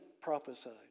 prophesied